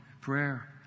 prayer